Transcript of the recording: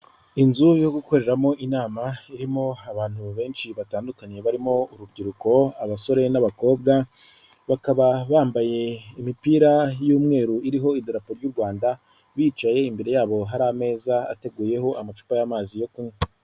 Inzu yo gukoreramo inama irimo abantu benshi batandukanye barimo urubyiruko, abasore n'abakobwa, bakaba bambaye imipira y'umweru iriho idarapo ry'u Rwanda, bicaye imbere yabo hari ameza ateguyeho amacupa y'amazi yo kunywa.